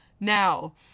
Now